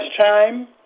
time